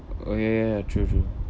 oh ya ya ya true true